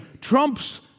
trumps